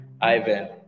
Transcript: Ivan